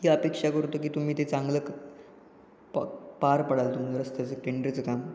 ही अपेक्षा करतो की तुम्ही ते चांगलं प पार पाडाल तुम रस्त्याचं टेंडरचं काम